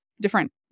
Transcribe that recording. different